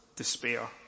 despair